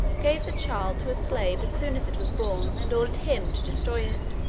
gave the child to a slave as soon as it was born, and ordered him to destroy it.